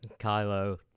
Kylo